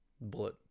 bullet